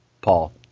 Paul